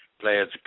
players